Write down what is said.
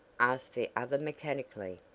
asked the other mechanically.